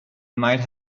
might